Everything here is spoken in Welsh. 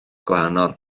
gwahanol